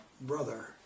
brother